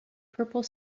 purple